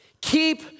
keep